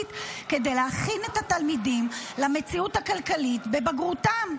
הממלכתית כדי להכין את התלמידים למציאות הכלכלית בבגרותם.